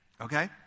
Okay